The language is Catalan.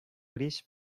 gris